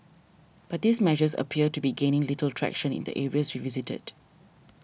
but these measures appear to be gaining little traction in the areas we visited